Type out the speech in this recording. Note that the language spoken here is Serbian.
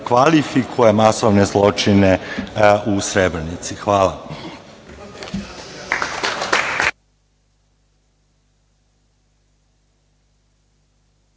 kvalifikuje masovne zločine u Srebrenici. Hvala.